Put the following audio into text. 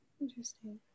Interesting